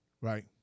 right